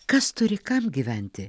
kas turi kam gyventi